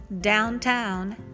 downtown